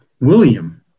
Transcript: William